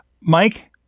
Mike